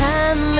Time